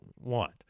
want